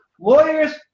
lawyers